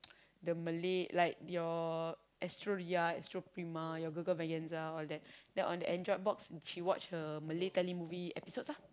the Malay like your Astro-Ria Astro-Prima your Gegar-Vaganza all that then on the Android box she watch her Malay Telemovie episodes lah